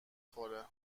خوره